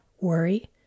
worry